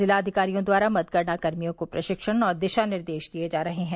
जिलाधिकारियों द्वारा मतगणना कर्मियों को प्रशिक्षण और दिशा निर्देश दिये जा रहे हैं